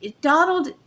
Donald